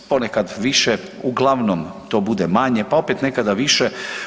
Ponekad više, uglavnom to bude manje pa opet nekada više.